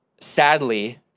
sadly